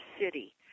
city